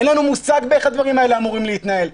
אין לנו מושג באיך הדברים האלה אמורים להתנהל.